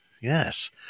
yes